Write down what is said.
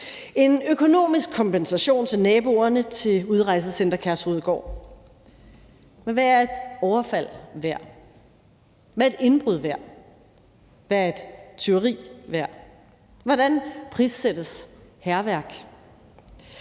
en økonomisk kompensation til naboerne til Udrejsecenter Kærshovedgård. Men hvad er et overfald værd? Hvad er et indbrud værd? Hvad er et tyveri værd? Hvordan prissættes hærværk?